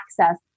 access